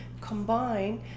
combine